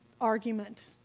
argument